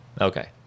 okay